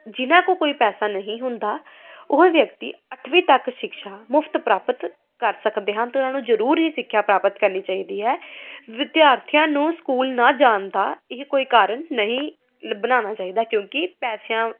ਜਿਨ੍ਹਾਂ ਕੋਲ ਕੋਈ ਪੈਸਾ ਨਹੀਂ ਹੁੰਦਾ ਉਹ ਵਿਅਕਤੀ ਅੱਠਵੀਂ ਤੱਕ ਸ਼ਿਕਸ਼ਾ ਮੁਫ਼ਤ ਪ੍ਰਾਪਤ ਕਰ ਸਕਦੇ ਹਨ ਅਤੇ ਉਹਨਾਂ ਨੂੰ ਜ਼ਰੂਰ ਇਹ ਸਿੱਖਿਆ ਪ੍ਰਾਪਤ ਕਰਨੀ ਚਾਹੀਦੀ ਹੈ ਵਿਦਿਆਰਥੀਆਂ ਨੂੰ ਸਕੂਲ ਨਾ ਜਾਣ ਦਾ ਇਹ ਕੋਈ ਕਾਰਣ ਨਹੀਂ ਬਣਾਉਣਾ ਚਾਹੀਦਾ ਕਿਉਂਕਿ ਪੈਸਿਆਂ